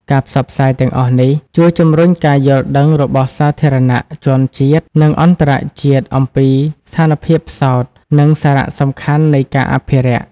ការផ្សព្វផ្សាយទាំងអស់នេះ ជួយជំរុញការយល់ដឹងដល់សាធារណជនជាតិ និងអន្តរជាតិអំពីស្ថានភាពផ្សោត និងសារៈសំខាន់នៃការអភិរក្ស។